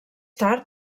tard